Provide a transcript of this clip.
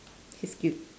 he's cute